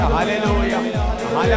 Hallelujah